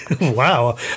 Wow